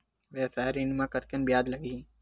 व्यवसाय ऋण म कतेकन ब्याज लगही?